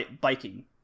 biking